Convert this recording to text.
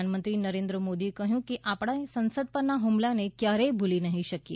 પ્રધાનમંત્રી નરેન્દ્ર મોદીએ કહ્યું કે આપણે સંસદ પરના હ્મલાને કયારેય ભુલી નહી શકીએ